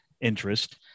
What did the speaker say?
interest